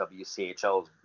WCHL